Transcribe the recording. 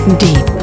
deep